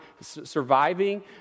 surviving